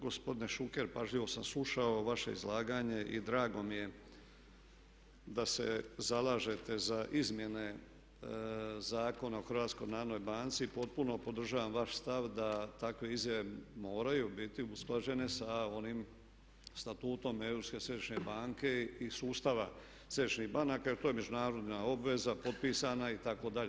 Gospodine Šuker pažljivo sam slušao vaše izlaganje i drago mi je da se zalažete za izmjene Zakona o HNB-u, potpuno podržavam vaš stav da takve izjave moraju biti usklađene sa onim statutom Europske središnje banke i sustava središnjih banaka jer to je međunarodna obveza, potpisana itd.